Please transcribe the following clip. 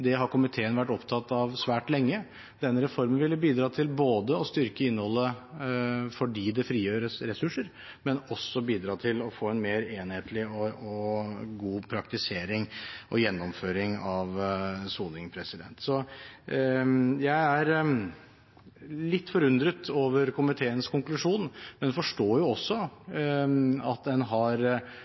Det har komiteen vært opptatt av svært lenge. Denne reformen ville bidratt til både å styrke innholdet fordi det frigjøres ressurser, og til å få en mer enhetlig og god praktisering og gjennomføring av soningen. Jeg er litt forundret over komiteens konklusjon, men forstår også at en har